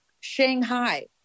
shanghai